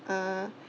uh